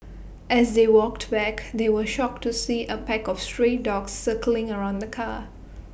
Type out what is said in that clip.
as they walked back they were shocked to see A pack of stray dogs circling around the car